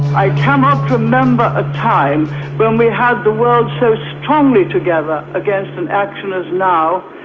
i cannot remember a time when we had the world so strongly together against an action as now,